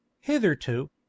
hitherto